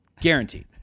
Guaranteed